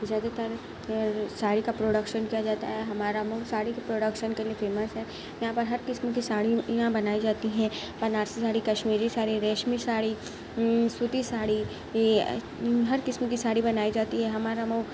زیادہ تر ساڑی کا پروڈکشن کیا جاتا ہے ہمارا ملک ساڑی کے پروڈکشن کے لیے فیمس ہے یہاں پر ہرقسم کی ساڑی یہاں بنائی جاتی ہیں بنارسی ساڑی کشمیری ساڑی ریشمی ساڑی سوتی ساڑی ہر قسم کی ساڑی بنائی جاتی ہے ہمارا مئو